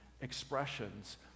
expressions